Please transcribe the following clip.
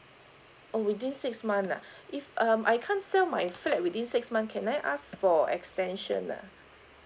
oh within six months ah if um I can't sell my flat within six month can I ask for extension ah